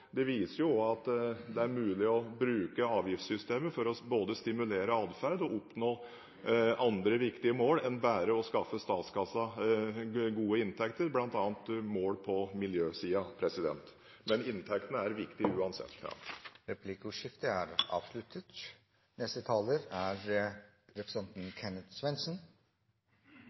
Det viser at det er mulig å bruke avgiftssystemet til både å stimulere adferd og oppnå andre viktige mål enn bare å skaffe statskassen gode inntekter, bl.a. mål på miljøsiden. Men inntektene er viktig uansett. Replikkordskiftet er